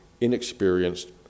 inexperienced